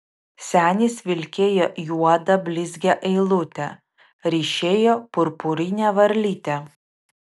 senis vilkėjo juodą blizgią eilutę ryšėjo purpurinę varlytę